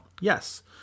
yes